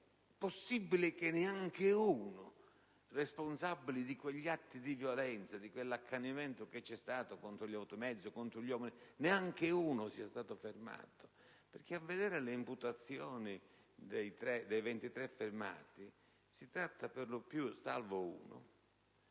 è possibile che neanche uno dei responsabili di quegli atti di violenza, di quell'accanimento che c'è stato contro gli automezzi e contro gli uomini sia stato fermato? A vedere le imputazioni dei 23 fermati, si tratta per lo più - salvo che